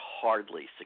hardly